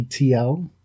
etl